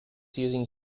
using